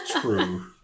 true